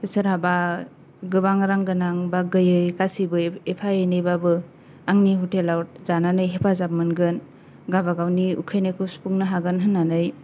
सोरहाबा गोबां रां गोनां बा गैयि गासिबो एफा एनैबाबो आंनि ह'टेलाव जानानै हेफाजाब मोनगोन गावबा गावनि उखैनायखौ सुफंनो हागोन होननानै